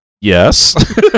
yes